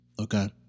Okay